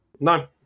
No